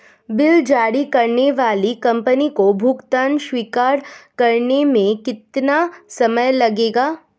Bill जारी करने वाली कंपनी को भुगतान स्वीकार करने में कितना समय लगेगा?